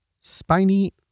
spiny